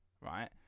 right